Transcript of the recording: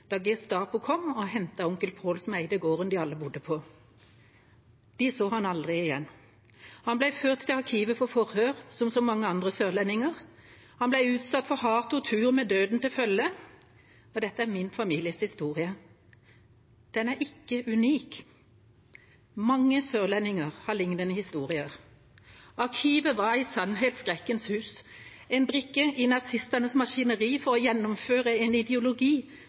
da Gestapo kom og hentet onkel Pål, som eide gården de alle bodde på. De så ham aldri igjen. Han ble ført til Arkivet for forhør, som så mange andre sørlendinger. Han ble utsatt for hard tortur med døden til følge. Dette er min families historie. Den er ikke unik. Mange sørlendinger har lignende historier. Arkivet var i sannhet skrekkens hus, en brikke i nazistenes maskineri for å gjennomføre en ideologi